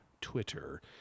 twitter